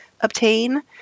obtain